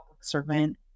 servant